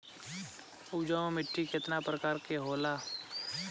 उपजाऊ माटी केतना प्रकार के होला?